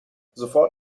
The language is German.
sofort